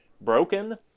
broken